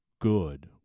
Good